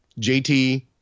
JT